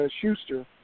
Schuster